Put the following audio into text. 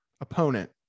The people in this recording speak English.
opponent